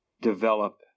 develop